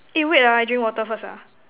eh wait ah I drink water first ah